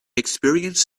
experience